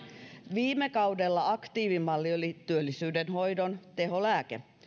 viime kaudella aktiivimalli oli työllisyydenhoidon teholääke